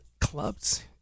clubs